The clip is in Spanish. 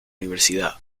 universidad